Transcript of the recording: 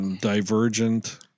Divergent